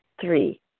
Three